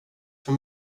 för